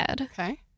Okay